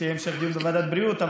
אז שיהיה המשך בוועדת בריאות.